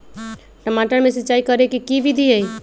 टमाटर में सिचाई करे के की विधि हई?